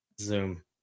Zoom